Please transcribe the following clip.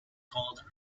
called